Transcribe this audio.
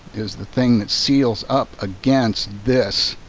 is the thing that seals up against this